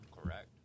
Correct